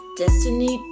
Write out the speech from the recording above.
destiny